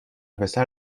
پسر